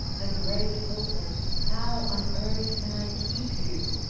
a great hopeless how on earth can i keep you?